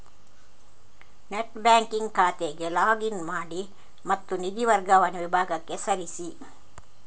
net banking ಖಾತೆಗೆ log in ಮಾಡಿ ಮತ್ತು ನಿಧಿ ವರ್ಗಾವಣೆ ವಿಭಾಗಕ್ಕೆ ಸರಿಸಿ